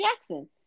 Jackson